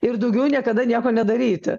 ir daugiau niekada nieko nedaryti